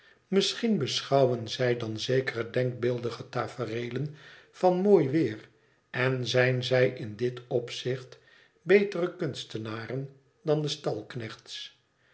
misschien beschouwen zij dan zekere denkbeeldige tafereelen van mooi weer en zijn zij in dit opzicht betere kunstenaren dan de